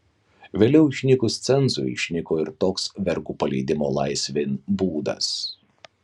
vėliau išnykus cenzui išnyko ir toks vergų paleidimo laisvėn būdas